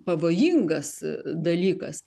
pavojingas dalykas